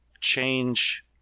change